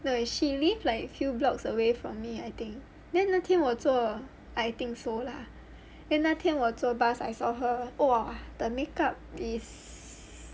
she live like a few blocks away from me I think then 那天我坐 I think so lah then 那天我坐 bus I saw her !whoa! the makeup is